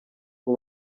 ngo